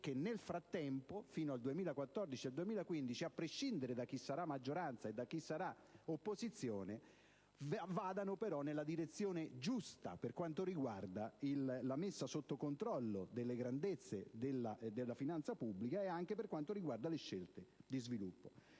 che nel frattempo, fino al 2014-2015, a prescindere da chi sarà maggioranza e opposizione, vadano nella direzione giusta per quanto riguarda la messa sotto controllo delle grandezze della finanza pubblica, e anche delle scelte di sviluppo.